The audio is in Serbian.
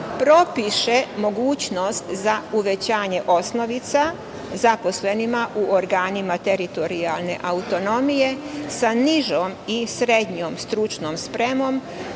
propiše mogućnost za uvećanje osnovica zaposlenima u organima teritorijalne autonomije sa nižom i srednjom stručnom spremom